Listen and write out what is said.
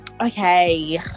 okay